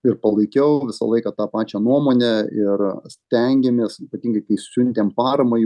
ir palaikiau visą laiką tą pačią nuomonę ir stengiamės ypatingai kai siuntėm paramą į